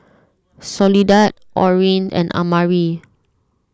Soledad Orene and Amari